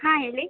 ಹಾಂ ಹೇಳಿ